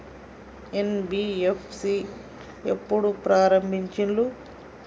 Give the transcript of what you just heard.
NBFC ఎప్పుడు ప్రారంభించిల్లు?